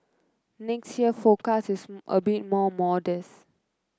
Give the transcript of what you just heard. next year's forecast is a bit more modest